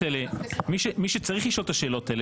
מי שצריך לשאול את השאלות האלה,